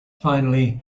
finally